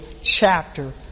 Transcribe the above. chapter